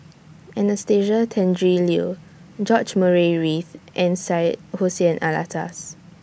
Anastasia Tjendri Liew George Murray Reith and Syed Hussein Alatas